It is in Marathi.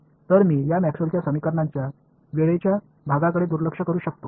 तर मी या मॅक्सवेलच्या समीकरणांच्या वेळेच्या भागाकडे दुर्लक्ष करू शकतो